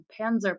Panzer